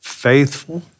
faithful